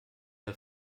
der